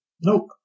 Nope